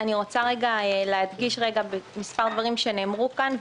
אני רוצה להדגיש מספר דברים שנאמרו כאן,